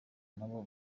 nabo